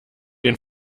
den